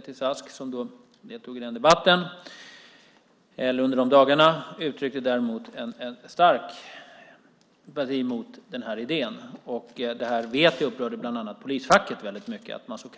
Beatrice Ask, som deltog i debatten under de dagarna, uttryckte däremot en stark antipati mot idén. Att man så kategoriskt avvisade tanken vet jag upprörde bland annat polisfacket mycket. Det